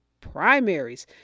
primaries